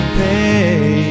pay